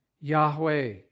Yahweh